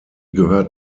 gehört